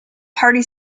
party